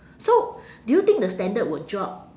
so do you think the standard would drop